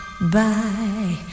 bye